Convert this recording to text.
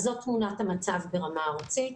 זאת תמונת המצב ברמה ארצית.